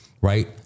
right